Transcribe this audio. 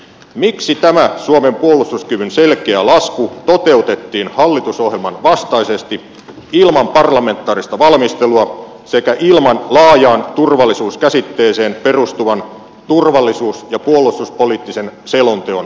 miksi tämä suomen puolustuskyvyn selkeä lasku toteutettiin hallitusohjelman vastaisesti ilman parlamentaarista valmistelua sekä ilman laajaan turvallisuuskäsitteeseen perustuvan turvallisuus ja puolustuspoliittisen selonteon viitekehystä